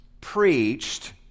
preached